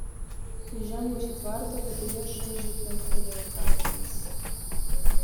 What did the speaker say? įžengus į tvartą viduje šaižiai kniauktelėjo katinas